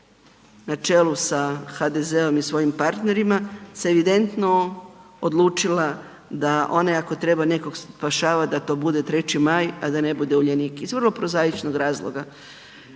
na čelu sa HDZ-om i svojim partnerima se evidentno odlučila, da one ako treba nekog spašavati, da to bude 3. maj, a da ne bude Uljanik iz vrlo prozaičnog razloga.